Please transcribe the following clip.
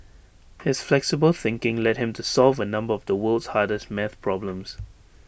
his flexible thinking led him to solve A number of the world's hardest math problems